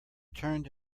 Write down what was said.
turned